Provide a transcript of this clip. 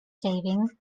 saving